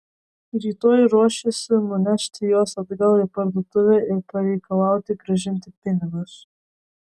rytoj ruošėsi nunešti juos atgal į parduotuvę ir pareikalauti grąžinti pinigus